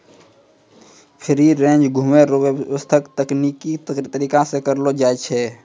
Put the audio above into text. free range घुमै रो व्याबस्था तकनिकी तरीका से करलो जाय छै